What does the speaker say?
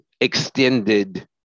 extended